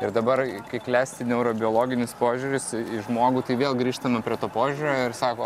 ir dabar kai klesti neurobiologinis požiūris į žmogų tai vėl grįžtama prie to požiūrio ir sako